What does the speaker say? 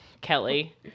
Kelly